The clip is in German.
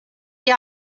die